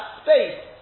space